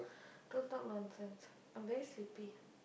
don't talk nonsense I'm very sleepy